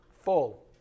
full